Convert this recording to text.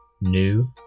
new